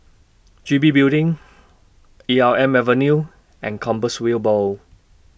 G B Building Elm Avenue and Compassvale Bow